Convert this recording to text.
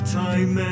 time